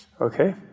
okay